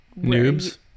Noobs